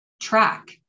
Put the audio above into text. track